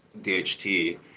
DHT